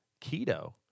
keto